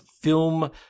film